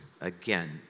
Again